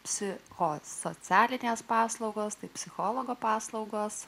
psichosocialinės paslaugos tai psichologo paslaugos